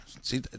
See